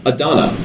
Adana